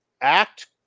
act